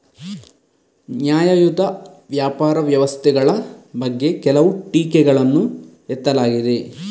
ನ್ಯಾಯಯುತ ವ್ಯಾಪಾರ ವ್ಯವಸ್ಥೆಗಳ ಬಗ್ಗೆ ಕೆಲವು ಟೀಕೆಗಳನ್ನು ಎತ್ತಲಾಗಿದೆ